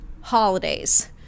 holidays